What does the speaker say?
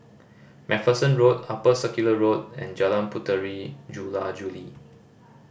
Macpherson Road Upper Circular Road and Jalan Puteri Jula Juli